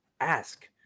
ask